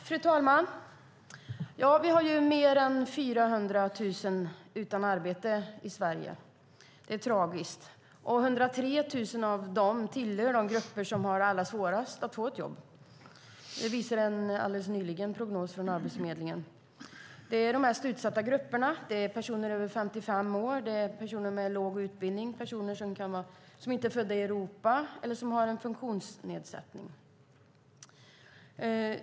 Fru talman! Fler än 400 000 står utan arbete i Sverige. Det är tragiskt. 103 000 av dessa hör till de grupper som har allra svårast att få jobb. Det visar en alldeles ny prognos från Arbetsförmedlingen. Det handlar om personer över 55 år, personer med låg utbildning, personer som inte är födda i Europa och personer som har en funktionsnedsättning.